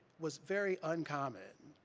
was very uncommon,